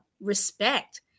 respect